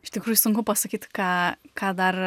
iš tikrųjų sunku pasakyt ką ką dar